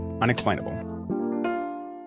unexplainable